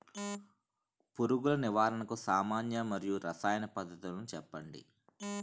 పురుగుల నివారణకు సామాన్య మరియు రసాయన పద్దతులను చెప్పండి?